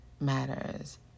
matters